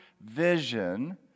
vision